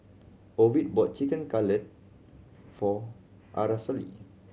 Ovid bought Chicken Cutlet for Aracely